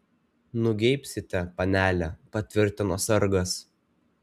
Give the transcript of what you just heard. nugeibsite panele patvirtino sargas